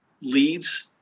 leads